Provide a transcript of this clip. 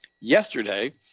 yesterday